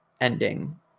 ending